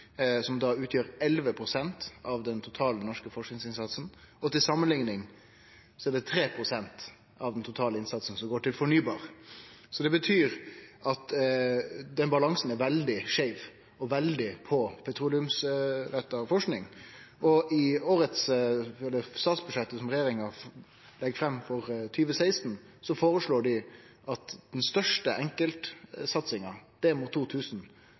som da utgjer 11 pst. av den totale norske forskingsinnsatsen. Til samanlikning går 3 pst. av den totale innsatsen til fornybar energi. Det betyr at den balansen er veldig skeiv og da mest på petroleumsretta forsking. I statsbudsjettet som regjeringa har lagt fram for 2016, foreslår dei at den største enkeltsatsinga, Demo 2000, som er